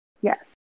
Yes